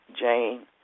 Jane